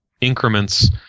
increments